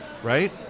Right